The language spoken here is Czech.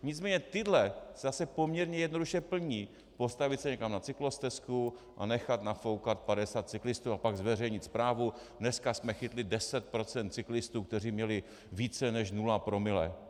Nicméně tyhle se zase poměrně jednoduše plní: postavit se někam na cyklostezku a nechat nafoukat 50 cyklistů a pak zveřejnit zprávu: Dneska jsme chytli 10 % cyklistů, kteří měli více než nula promile.